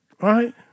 right